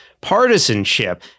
partisanship